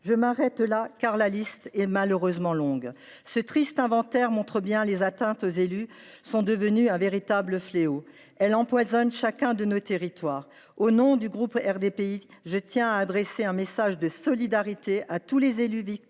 Je m’arrête là, car la liste est longue. Ce triste inventaire montre combien les atteintes aux élus sont devenues un véritable fléau. Elles empoisonnent chacun de nos territoires. Au nom du groupe RDPI, je tiens à adresser un message de solidarité à tous les élus victimes